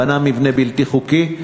בנה מבנה בלתי חוקי,